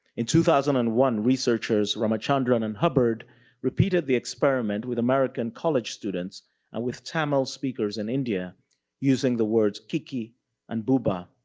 in two thousand and one, researchers ramachandran and hubbard repeated the experiment with american college students and with tamil speakers in india using the words kiki and bouba.